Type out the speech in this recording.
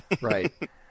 right